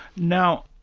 now,